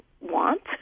want